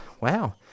wow